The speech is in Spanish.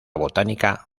botánica